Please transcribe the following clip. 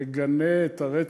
ומגנה את הרצח,